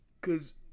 cause